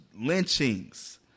lynchings